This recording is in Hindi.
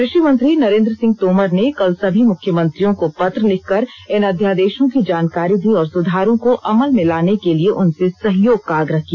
कृषि मंत्री नरेन्द्र सिंह तोमर ने कल सभी मुख्यमंत्रियों का पत्र लिखकर इन अध्यादेशों की जानकारी दी और सुधारों को अमल में लाने के लिये उनसे सहयोग का आग्रह किया